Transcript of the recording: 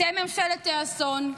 אתם ממשלת האסון.